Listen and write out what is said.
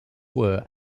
were